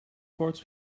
koorts